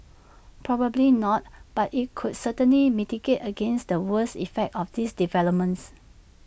probably not but IT could certainly mitigate against the worst effects of these developments